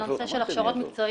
על הנושא של הכשרות מקצועיות,